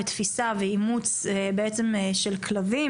תפיסה ואימוץ של כלבים,